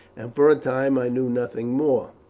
and for a time i knew nothing more.